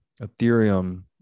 Ethereum